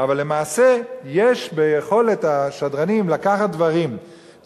אבל למעשה יש ביכולת השדרנים לקחת דברים,